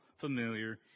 familiar